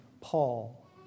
Paul